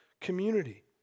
community